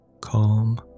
Calm